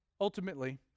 Ultimately